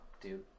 dude